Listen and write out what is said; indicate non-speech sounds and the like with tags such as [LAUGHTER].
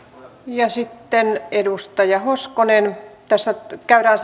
ja sitten edustaja hoskonen tässä käydään [UNINTELLIGIBLE]